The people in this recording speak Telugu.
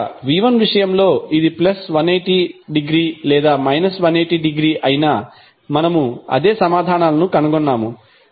కనుక v1 విషయంలో ఇది ప్లస్ 180 డిగ్రీ లేదా మైనస్ 180 డిగ్రీ అయినా మనము అదే సమాధానాలను కనుగొన్నాము